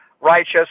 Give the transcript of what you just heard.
righteous